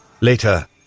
Later